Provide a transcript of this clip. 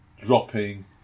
dropping